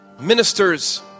ministers